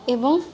ଏବଂ